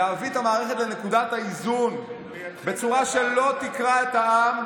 להביא את המערכת לנקודת האיזון בצורה שלא תקרע את העם,